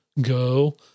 Go